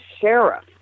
sheriff